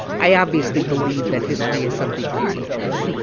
i obviously believe that history has something to teach us,